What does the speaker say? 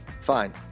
Fine